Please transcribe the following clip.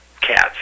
cats